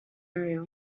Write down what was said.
area